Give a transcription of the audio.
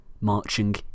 marching